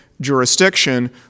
jurisdiction